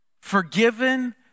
forgiven